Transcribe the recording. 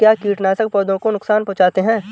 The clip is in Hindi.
क्या कीटनाशक पौधों को नुकसान पहुँचाते हैं?